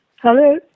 Hello